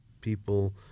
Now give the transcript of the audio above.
people